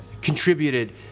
contributed